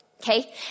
okay